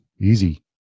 easy